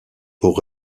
pour